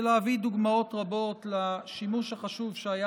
ולהביא דוגמות רבות לשימוש החשוב שהיה